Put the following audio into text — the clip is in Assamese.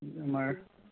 আমাৰ